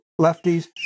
lefties